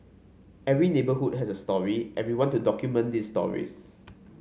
every neighbourhood has a story and we want to document these stories